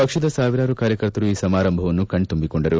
ಪಕ್ಷದ ಸಾವಿರಾರು ಕಾರ್ಯಕರ್ತರು ಈ ಸಮಾರಂಭವನ್ನು ಕಣ್ತುಂಬಿಕೊಂಡರು